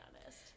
honest